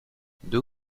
deux